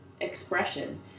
expression